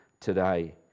today